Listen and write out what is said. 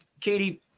Katie